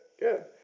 Good